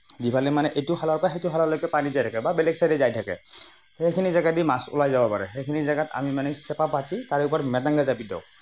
যিফালে মানে এইটো খালৰ পৰা সিটো খাললৈকে পানী যাই থাকে বা বেলেগ চাইডে যাই থাকে সেইখিনি জেগাইদি মাছ ওলাই যাব পাৰে সেইখিনি জেগাত আমি মানে চেপা পাতি তাৰে ওপৰত মেটেঙা জাপি দিওঁ